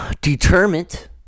determined